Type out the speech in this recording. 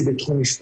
יש שלושה צוותים.